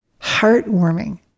heartwarming